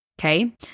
okay